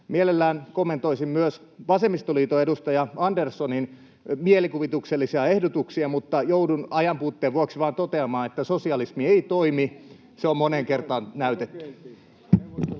Mielelläni kommentoisin myös vasemmistoliiton edustaja Anderssonin mielikuvituksellisia ehdotuksia, mutta joudun ajanpuutteen vuoksi vain toteamaan, että sosialismi ei toimi, se on moneen kertaan näytetty.